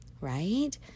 right